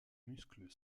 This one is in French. muscle